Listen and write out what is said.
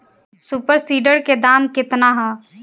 Super seeder के दाम केतना ह?